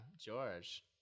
George